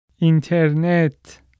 Internet